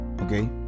okay